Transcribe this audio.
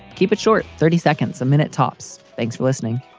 keep it short, thirty seconds a minute, tops. thanks for listening